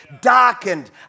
darkened